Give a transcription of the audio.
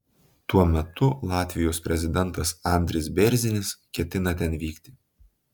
tuo metu latvijos prezidentas andris bėrzinis ketina ten vykti